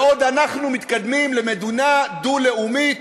בעוד אנחנו מתקדמים למדינה דו-לאומית,